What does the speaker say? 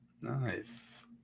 Nice